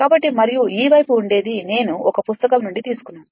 కాబట్టి మరియు ఈ వైపున ఉండేది నేను ఒక పుస్తకం నుండి తీసుకున్నాను